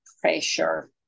pressure